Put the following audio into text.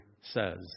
says